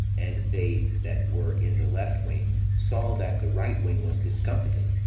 and they that were in the left wing saw that the right wing was discomfited,